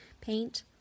paint